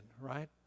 right